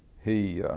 he